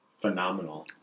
phenomenal